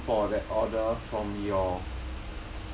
for that order from your